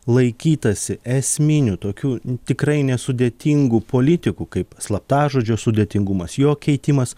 laikytasi esminių tokių tikrai nesudėtingų politikų kaip slaptažodžio sudėtingumas jo keitimas